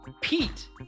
Pete